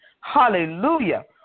Hallelujah